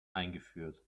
eingeführt